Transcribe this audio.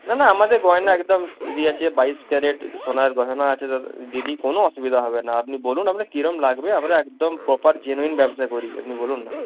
না না আমাদের গয়না একদম আছে বাইশ ক্যারেট সোনার গহনা আছে দিদি কোনো অসুবিধা হবে না আপনি বলুন আপনার কীরকম লাগবে আমরা একদম প্রপার জেনুইন ব্যবসা করি আপনি বলুন না